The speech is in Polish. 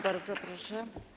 Bardzo proszę.